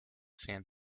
san